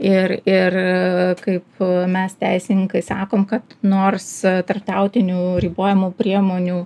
ir ir kaip mes teisininkai sakom kad nors tarptautinių ribojimo priemonių